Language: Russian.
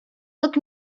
как